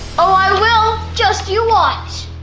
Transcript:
oh, i will. just you watch!